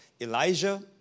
Elijah